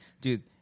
Dude